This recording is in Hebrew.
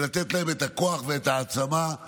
ולתת להם את הכוח ואת ההעצמה,